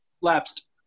lapsed